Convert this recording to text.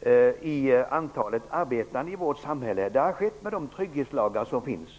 det gäller antalet arbetande i vårt samhälle har skett med de trygghetslagar som finns.